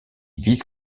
vice